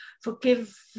Forgive